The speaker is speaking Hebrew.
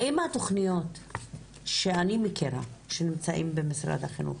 האם התכניות שאני מכירה שנמצאות במשרד החינוך,